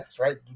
right